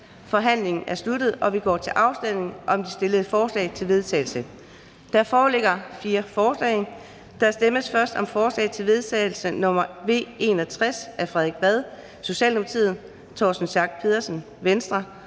Forhandlingen er sluttet, og vi går til afstemning om de stillede forslag til vedtagelse. Der foreligger fire forslag. Der stemmes først om forslag til vedtagelse nr. V 61 af Frederik Vad (S), Torsten Schack Pedersen (V),